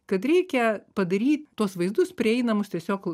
kad reikia padaryt tuos vaizdus prieinamus tiesiog